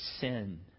sin